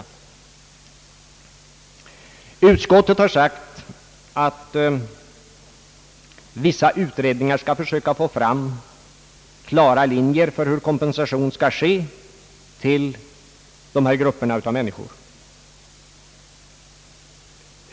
Utskottet har sagt att vissa utredningar skall försöka få fram klara linjer för hur kompensation skall ges till dessa grupper av människor.